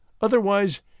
otherwise